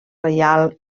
reial